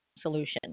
solution